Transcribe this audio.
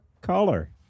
caller